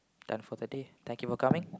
done for the day thank you for coming